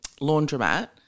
laundromat